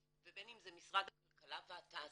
ובין אם זה משרד הכלכלה והתעשייה,